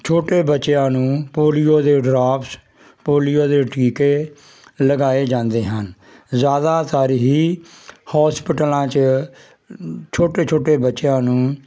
ਛੋਟੇ ਬੱਚਿਆਂ ਨੂੰ ਪੋਲੀਓ ਦੇ ਡਰੋਪਸ ਪੋਲੀਓ ਦੇ ਟੀਕੇ ਲਗਾਏ ਜਾਂਦੇ ਹਨ ਜ਼ਿਆਦਾਤਰ ਹੀ ਹੋਸਪਿਟਲਾਂ 'ਚ ਛੋਟੇ ਛੋਟੇ ਬੱਚਿਆਂ ਨੂੰ